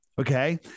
Okay